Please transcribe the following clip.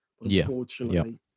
unfortunately